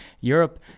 Europe